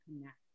connect